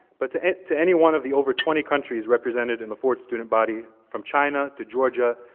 but to any to any one of the over twenty countries represented in the ford student body, from china to georgia,